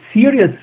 serious